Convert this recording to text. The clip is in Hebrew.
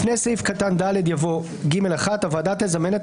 לפני סעיף קטן (ד) יבוא: "(ג1) הוועדה תזמן את